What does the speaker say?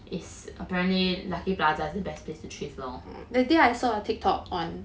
is apparently lucky plaza is the best place to thrift lor